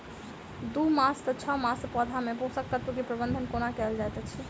दू मास सँ छै मासक पौधा मे पोसक तत्त्व केँ प्रबंधन कोना कएल जाइत अछि?